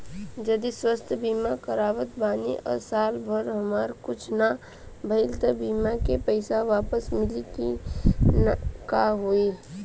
जदि स्वास्थ्य बीमा करावत बानी आ साल भर हमरा कुछ ना भइल त बीमा के पईसा वापस मिली की का होई?